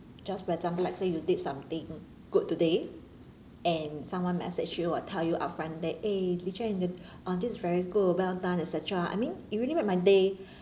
just for example like say you did something good today and someone message you or tell you upfront that eh this [one] you did oh this is very good well done et cetera I mean it really made my day